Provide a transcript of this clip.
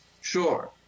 Sure